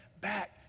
back